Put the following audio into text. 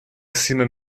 acima